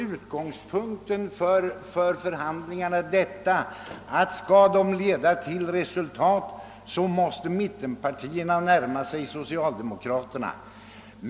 Utgångspunkten för förhandlingarna var alltså att för att de skulle leda till resultat måste mittenpartierna närma sig socialdemokraterna.